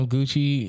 Gucci